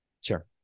Sure